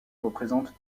représentent